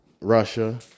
Russia